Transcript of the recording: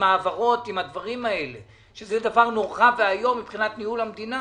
עם העברות ועם הדברים האלה שזה דבר נורא ואיום מבחינת ניהול המדינה.